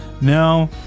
no